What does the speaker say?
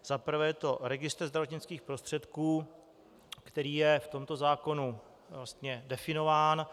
Za prvé je to registr zdravotnických prostředků, který je v tomto zákonu vlastně definován.